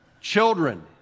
Children